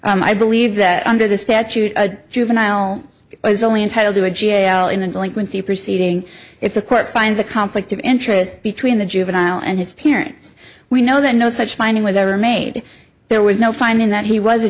so i believe that under this statute a juvenile is only entitled to a jail in the delinquency proceeding if the court finds a conflict of interest between the juvenile and his parents we know that no such finding was ever made there was no finding that he was a